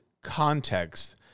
context